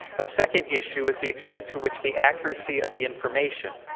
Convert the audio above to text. a second issue is the extent to which the accuracy of the information,